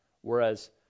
Whereas